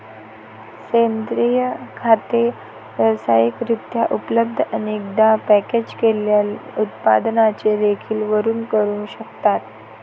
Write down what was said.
सेंद्रिय खते व्यावसायिक रित्या उपलब्ध, अनेकदा पॅकेज केलेल्या उत्पादनांचे देखील वर्णन करू शकतात